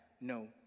no